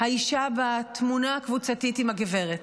האישה בתמונה הקבוצתית עם הגברת,